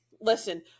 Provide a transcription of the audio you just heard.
listen